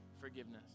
forgiveness